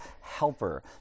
helper